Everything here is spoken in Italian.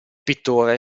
pittore